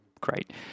great